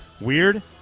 weird